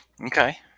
Okay